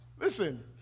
Listen